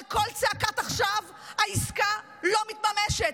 על כל צעקת "עכשיו" העסקה לא מתממשת.